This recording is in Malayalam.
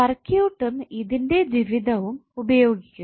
സർക്യൂട്ടും ഇതിന്റെ ദ്വിവിധവും ഉപയോഗിച്ചു